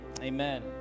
Amen